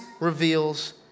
reveals